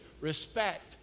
respect